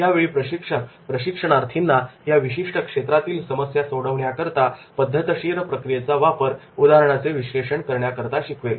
यावेळी प्रशिक्षक प्रशिक्षणार्थींना या विशिष्ट क्षेत्रातील समस्या सोडवण्याकरता पद्धतशीर प्रक्रियेचा वापर उदाहरणाचे विश्लेषण करण्याकरिता शिकवेल